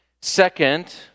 second